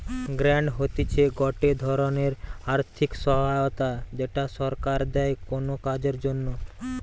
grant হতিছে গটে ধরণের আর্থিক সহায়তা যেটা সরকার দেয় কোনো কাজের জন্যে